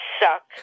suck